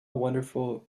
wonderful